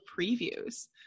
previews